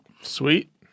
Sweet